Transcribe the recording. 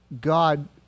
God